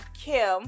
Kim